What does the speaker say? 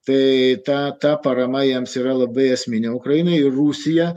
tai ta ta parama jiems yra labai esminė ukrainai rusija